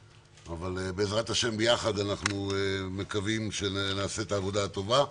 בעזרת השם ביחד אנחנו מקווים שנעשה עבודה טובה.